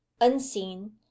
unseen